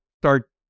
start